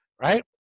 right